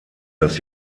das